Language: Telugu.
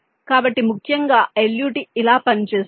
కాబట్టి ముఖ్యంగా LUT ఇలా పనిచేస్తుంది